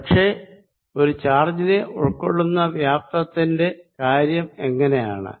പക്ഷെ ഒരു ചാർജിനെ ഉൾക്കൊള്ളുന്ന വ്യാപ്തത്തിന്റെ കാര്യം എങ്ങിനെയാണ്